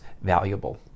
valuable